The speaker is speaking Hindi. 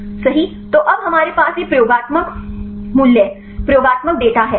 तो अब हमारे पास ये प्रयोगात्मक मूल्य प्रयोगात्मक डेटा हैं